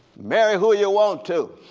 marry who you want to.